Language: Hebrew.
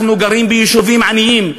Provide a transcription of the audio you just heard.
אנחנו גרים ביישובים עניים,